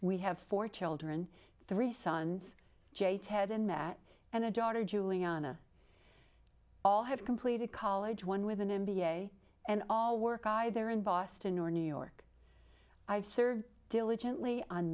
we have four children three sons jay ted and met and their daughter juliana all have completed college one with an m b a and all work either in boston or new york i've served diligently on